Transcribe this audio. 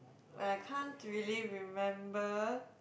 but I can't really remember